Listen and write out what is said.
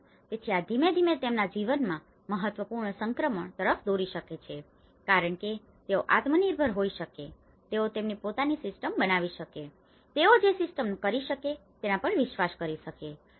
તેથી આ ધીમે ધીમે તેમના જીવનમાં મહત્વપૂર્ણ સંક્રમણ તરફ દોરી શકે છે કારણ કે તેઓ આત્મનિર્ભર હોઈ શકે છે તેઓ તેમની પોતાની સિસ્ટમ બનાવી શકે છે તેઓ જે સિસ્ટમ કરી શકે છે તેના પર વિશ્વાસ કરી શકે છે